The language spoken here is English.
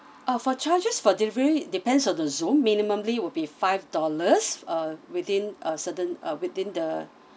oh for charges for delivery depends on the zone minimumly will be five dollars uh within a certain uh within the